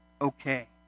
okay